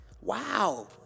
Wow